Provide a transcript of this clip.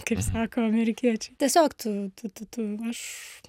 kaip sako amerikiečiai tiesiog tu tu tu tu aš